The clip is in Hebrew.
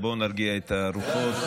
לכן הוא ביקש את שר הרווחה,